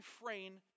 refrain